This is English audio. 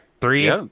Three